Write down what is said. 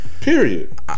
Period